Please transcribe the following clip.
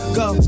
go